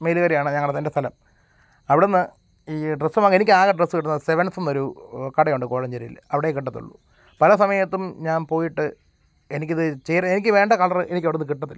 മേലുകരയാണ് ഞങ്ങളുടെ എന്റെ സ്ഥലം അവിടെ നിന്ന് ഈ ഡ്രെസ്സ് വാങ്ങാൻ എനിക്കാകെ ഡ്രെസ്സ് കിട്ടുന്ന സെവൻസ് എന്നൊരു കടയുണ്ട് കോഴഞ്ചേരിയിൽ അവിടയേ കിട്ടത്തുള്ളു പല സമയത്തും ഞാൻ പോയിട്ട് എനിക്കിത് എനിക്ക് വേണ്ട കളറ് എനിക്കവിടെ നിന്ന് കിട്ടത്തില്ല